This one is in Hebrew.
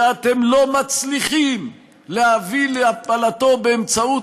שאתם לא מצליחים להביא להפלתו באמצעות